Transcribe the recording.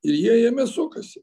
ir jie jame sukasi